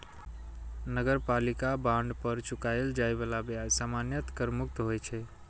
नगरपालिका बांड पर चुकाएल जाए बला ब्याज सामान्यतः कर मुक्त होइ छै